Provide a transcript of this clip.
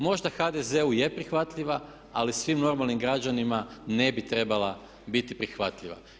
Možda HDZ-u je prihvatljiva ali svim normalnim građanima ne bi trebala biti prihvatljiva.